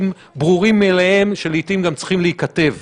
ברורים מאליהם שלעתים צריכים גם להיכתב.